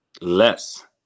less